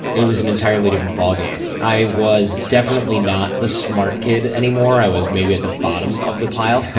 it was an entirely different ball game. i was definitely not the smart kid anymore. i was maybe at the bottom of the pile.